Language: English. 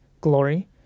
glory